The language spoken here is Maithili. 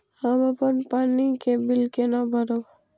हम अपन पानी के बिल केना भरब?